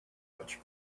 much